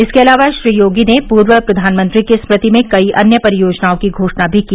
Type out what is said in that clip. इसके अलावा श्री योगी ने पूर्व प्रधानमंत्री की स्मृति में कई अन्य परियोजनाओं की घोषणा भी की